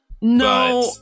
No